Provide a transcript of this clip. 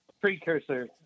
precursor